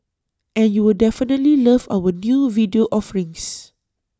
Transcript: and you'll definitely love our new video offerings